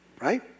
Right